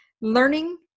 Learning